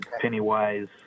Pennywise